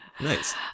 Nice